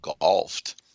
golfed